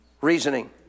reasoning